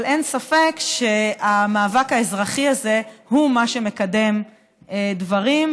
אבל אין ספק שהמאבק האזרחי הזה הוא שמקדם דברים,